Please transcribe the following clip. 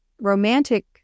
romantic